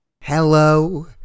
Hello